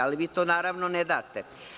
Ali, vi to, naravno, ne date.